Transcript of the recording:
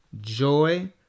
joy